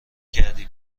کردی